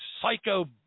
psycho